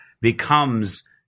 becomes